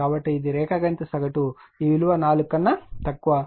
కాబట్టి ఇది రేఖాగణిత సగటు ఈ విలువ 4 కన్నా తక్కువ